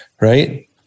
right